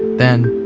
then,